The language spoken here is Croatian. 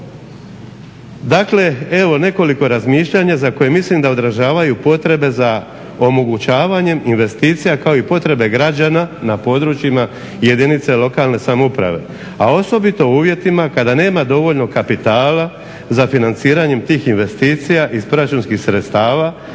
Dakle evo nekoliko razmišljanja za koje mislim da održavaju potrebe za omogućavanjem investicija kao i potrebe građana na područjima jedinice lokalne samouprave a osobito u uvjetima kada nema dovoljno kapitala za financiranjem tih investicija iz proračunskih sredstava,